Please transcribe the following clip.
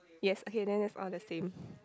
yes okay then that's all the same